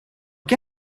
qué